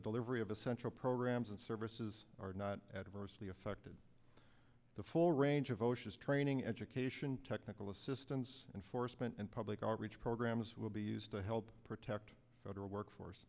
the delivery of essential programs and services are not adversely affected the full range of osha's training education technical assistance and for spent in public or reach programs will be used to help protect federal workforce